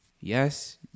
yes